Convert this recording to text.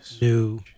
new